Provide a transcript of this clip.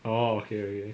oh okay